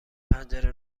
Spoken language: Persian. پنجره